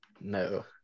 No